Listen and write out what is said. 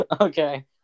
Okay